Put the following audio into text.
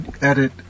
edit